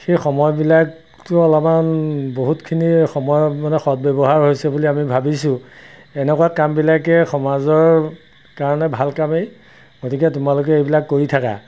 সেই সময়বিলাকতো অলপমান বহুতখিনি সময়ৰ মানে সদব্যৱহাৰ হৈছে বুলি আমি ভাবিছোঁ এনেকুৱা কামবিলাকে সমাজৰ কাৰণে ভাল কামেই গতিকে তোমালোকে এইবিলাক কৰি থকা